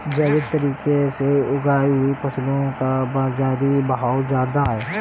जैविक तरीके से उगाई हुई फसलों का बाज़ारी भाव ज़्यादा है